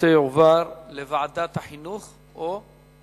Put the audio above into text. הנושא יועבר לוועדת החינוך, או?